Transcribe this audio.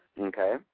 Okay